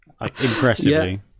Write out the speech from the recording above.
Impressively